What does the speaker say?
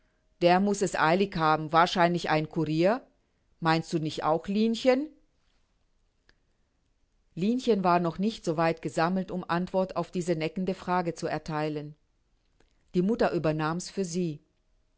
der muß es eilig haben wahrscheinlich ein courier meinst du nicht auch linchen linchen war noch nicht so weit gesammelt um antwort auf diese neckende frage zu ertheilen die mutter übernahm's für sie